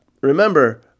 Remember